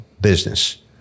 business